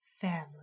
Family